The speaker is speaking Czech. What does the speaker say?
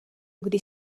když